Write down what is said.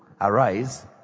Arise